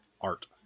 art